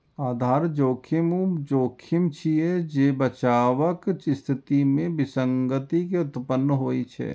आधार जोखिम ऊ जोखिम छियै, जे बचावक स्थिति मे विसंगति के उत्पन्न होइ छै